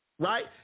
right